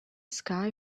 sky